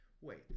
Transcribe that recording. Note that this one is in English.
wait